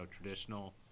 traditional